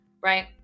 right